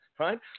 right